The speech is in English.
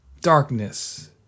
darkness